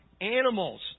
animals